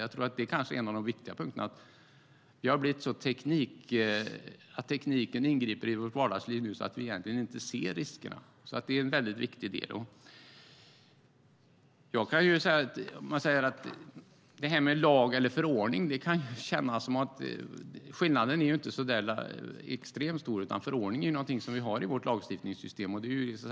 Jag tror att det kanske är en av de viktiga punkterna, att tekniken ingriper så mycket i vårt vardagsliv att vi inte ser riskerna. Det är en väldigt viktig del. Det känns som att skillnaden mellan lag och förordning inte är så extremt stor, och förordning är någonting som vi har i vårt lagstiftningssystem.